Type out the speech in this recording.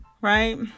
right